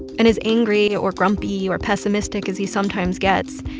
and as angry or grumpy or pessimistic as he sometimes gets,